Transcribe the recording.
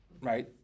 Right